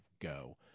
go